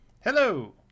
Hello